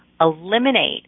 eliminate